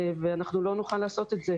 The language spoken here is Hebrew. ואנחנו לא נוכל לעשות את זה.